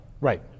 Right